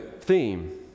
theme